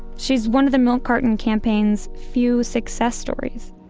she's one of the milk carton campaigns few success stories.